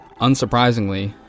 unsurprisingly